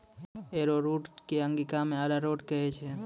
arrowroot कॅ अंगिका मॅ अरारोट कहै छै